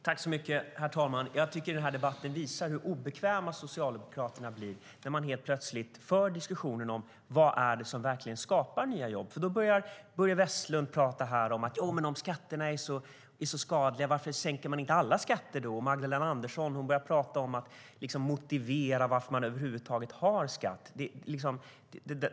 Herr talman! Den här debatten visar hur obekväma Socialdemokraterna blir när man helt plötsligt för en diskussion om vad som verkligen skapar nya jobb. Då börjar Börje Vestlund undra varför inte alla skatter sänks om alla skatter är så skadliga. Magdalena Andersson börjar motivera varför det över huvud taget finns skatt.